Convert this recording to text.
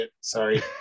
Sorry